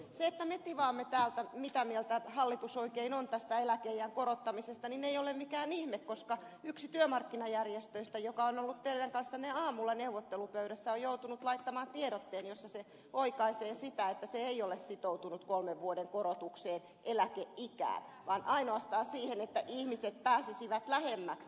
se että me tivaamme täällä mitä mieltä hallitus oikein on tästä eläkeiän korottamisesta ei ole mikään ihme koska yksi työmarkkinajärjestöistä joka on ollut teidän kanssanne aamulla neuvottelupöydässä on joutunut laittamaan tiedotteen jossa se oikaisee että se ei ole sitoutunut kolmen vuoden korotukseen eläkeikään vaan ainoastaan siihen että ihmiset pääsisivät sitä lähemmäksi